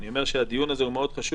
אני אומר שהדיון הזה הוא מאוד חשוב,